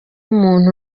muntu